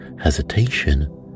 hesitation